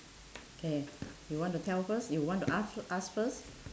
K you want to tell first you want to ask ask first